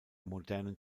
modernen